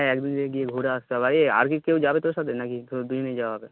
হ্যাঁ একদিন গিয়ে ঘুরে আসতে হবে এই আর কি কেউ যাবে তোর সাথে না কি শুধু দুজনেই যাওয়া হবে